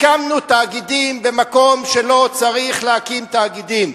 הקמנו תאגידים במקום שלא צריך להקים תאגידים.